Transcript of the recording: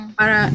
para